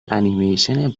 انیمیشن